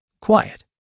Quiet